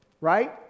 Right